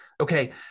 Okay